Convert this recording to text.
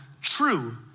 true